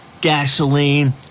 gasoline